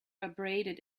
abraded